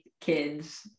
kids